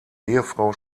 ehefrau